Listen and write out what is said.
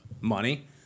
money